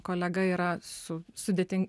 kolega yra su sudėtin